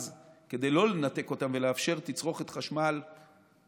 אז כדי לא לנתק אותן ולאפשר לפחות תצרוכת חשמל מינימלית,